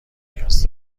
نیاز